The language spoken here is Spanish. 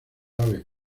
aves